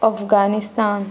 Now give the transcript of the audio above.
Afghanistan